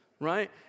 right